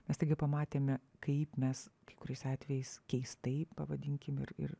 mes staiga pamatėme kaip mes kai kuriais atvejais keistai pavadinkim ir ir